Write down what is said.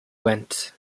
went